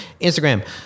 Instagram